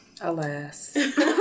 alas